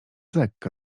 lekka